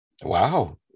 Wow